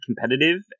competitive